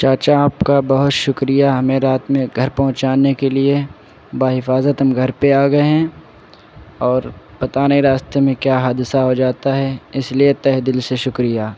چاچا آپ کا بہت شکریہ ہمیں رات میں گھر پہنچانے کے لیے بحفاظت ہم گھر پہ آ گئے ہیں اور پتا نہیں راستہ میں کیا حادثہ ہو جاتا ہے اس لیے تہہ دل سے شکریہ